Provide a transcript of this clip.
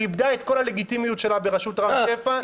היא איבדה את כל הלגיטימיות שלה בראשות רם שפע,